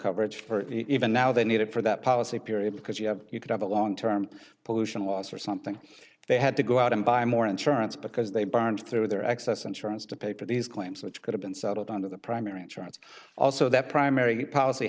coverage for it even now they need it for that policy period because you have you could have a long term pollution loss or something they had to go out and buy more insurance because they burned through their excess insurance to pay for these claims which could have been settled under the primary insurance also their primary policy